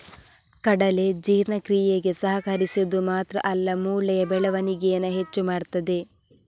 ಕಡಲೆ ಜೀರ್ಣಕ್ರಿಯೆಗೆ ಸಹಕರಿಸುದು ಮಾತ್ರ ಅಲ್ಲ ಮೂಳೆಯ ಬೆಳವಣಿಗೇನ ಹೆಚ್ಚು ಮಾಡ್ತದೆ